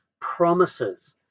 promises